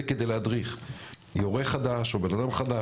כדי להדריך יורה חדש או בן אדם חדש.